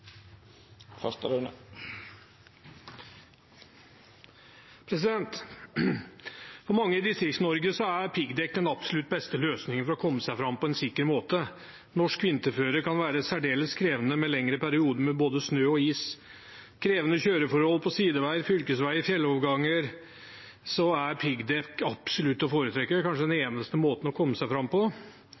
For mange i Distrikts-Norge er piggdekk den absolutt beste løsningen for å komme seg fram på en sikker måte. Norsk vinterføre kan være særdeles krevende med lengre perioder med både snø og is. Ved krevende kjøreforhold på sideveier, fylkesveier og fjelloverganger er piggdekk absolutt å foretrekke og kanskje den eneste måten å komme seg fram på.